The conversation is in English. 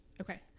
Okay